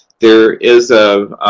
there is um